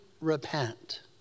repent